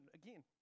again